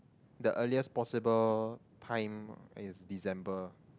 the earliest possible time is December